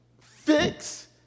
fix